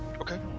Okay